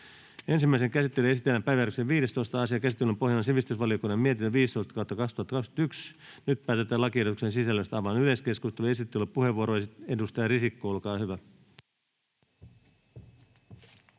Ensimmäiseen käsittelyyn esitellään päiväjärjestyksen 15. asia. Käsittelyn pohjana on sivistysvaliokunnan mietintö SiVM 15/2021 vp. Nyt päätetään lakiehdotuksen sisällöstä. — Avaan yleiskeskustelun. — Esittelypuheenvuoro, edustaja Risikko, olkaa hyvä.